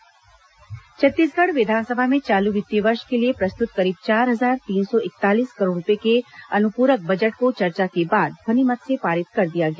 विस अनुपूरक बजट छत्तीसगढ़ विधानसभा में चालू वित्तीय वर्ष के लिए प्रस्तुत करीब चार हजार तीन सौ इकतालीस करोड़ रूपये के अनुप्रक बजट को चर्चा के बाद ध्वनिमत से पारित कर दिया गया